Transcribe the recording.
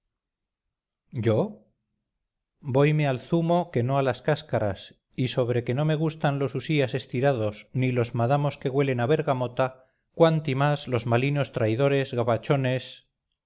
yo voyme al zumo que no a las cáscaras y sobre que no me gustan los usías estirados ni los madamos que huelen a bergamota cuanti más los malinos traidores gabachones